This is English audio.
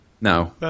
No